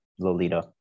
Lolita